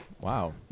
Wow